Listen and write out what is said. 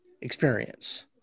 experience